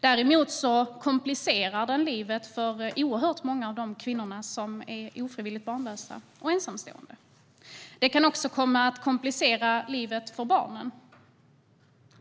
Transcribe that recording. Däremot komplicerar den livet oerhört för många kvinnor som är ofrivilligt barnlösa och ensamstående. Den kan också komma att komplicera livet för barnen.